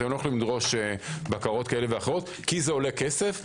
לא יכולים לדרוש בקרות כאלה ואחרות כי זה עולה כסף,